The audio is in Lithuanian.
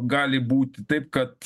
gali būti taip kad